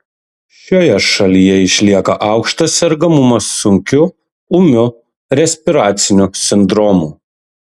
šioje šalyje išlieka aukštas sergamumas sunkiu ūmiu respiraciniu sindromu